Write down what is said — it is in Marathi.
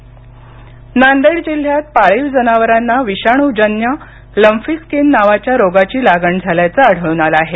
नांदेड नांदेड जिल्ह्यात पाळीव जनावरांना विषाणूजन्य लंफीस्किन नावाच्या रोगाची लागण झाल्याचे आढळून आले आहे